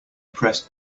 pressed